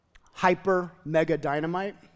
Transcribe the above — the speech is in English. hyper-mega-dynamite